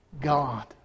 God